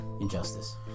Injustice